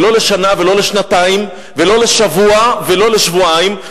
ולא לשנה ולא לשנתיים ולא לשבוע ולא לשבועיים.